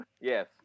Yes